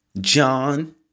John